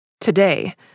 Today